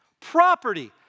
Property